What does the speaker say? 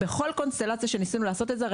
בכל קונסטלציה שניסינו לעשות את זה,